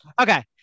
okay